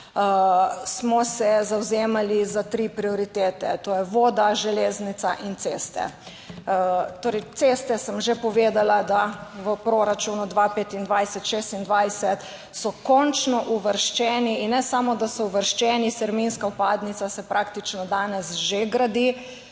smo se zavzemali za tri prioritete, to je voda, železnica in ceste. Torej, za ceste sem že povedala, da v proračunu 2025 in 2026 so končno uvrščene, in ne samo, da so uvrščene, terminska vpadnica se praktično danes že gradi.